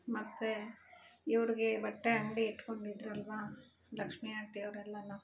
ಮತ್ತು ಇವ್ರಿಗೆ ಬಟ್ಟೆ ಅಂಗಡಿ ಇಟ್ಕೊಂಡಿದ್ರಲ್ವಾ ಲಕ್ಷ್ಮೀ ಆಂಟಿ ಅವ್ರೆಲ್ಲಾನು